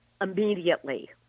immediately